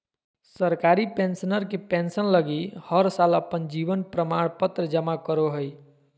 सरकारी पेंशनर के पेंसन लगी हर साल अपन जीवन प्रमाण पत्र जमा करो हइ